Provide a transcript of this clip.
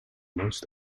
most